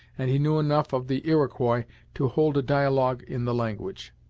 and he knew enough of the iroquois to hold a dialogue in the language.